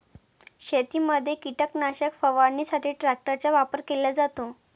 शेतीमध्ये कीटकनाशक फवारणीसाठी ट्रॅक्टरचा वापर केला जातो